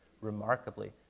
remarkably